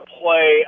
play